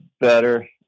better